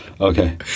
Okay